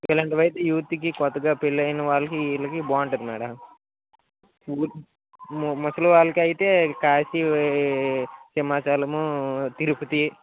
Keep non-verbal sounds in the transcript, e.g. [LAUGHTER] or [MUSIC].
ఇలాంటివి అయితే యూత్కి కొత్తగా పెళ్ళైన వాళ్ళకి వీళ్ళకి బాగుంటుంది మేడమ్ [UNINTELLIGIBLE] ము ముసలి వాళ్ళకైతే కాశీ సింహాచలము తిరుపతి